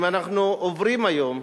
אם אנחנו עוברים היום,